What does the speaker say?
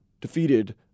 defeated